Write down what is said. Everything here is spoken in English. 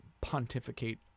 pontificate